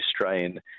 Australian